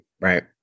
right